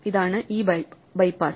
ഇതാണ് ആ ബൈപാസ്